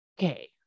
okay